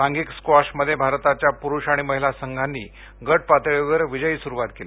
सांधिक स्क्वॉशमध्ये भारताच्या पुरुष आणि महिला संघांनी गट पातळीवर विजयी सुरुवात केली